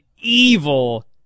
evil